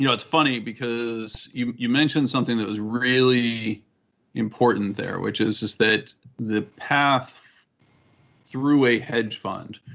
you know it's funny because you you mentioned something that was really important there, which is that the path through a hedge fund,